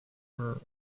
were